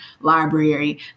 library